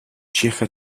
circa